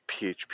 PHP